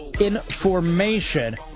information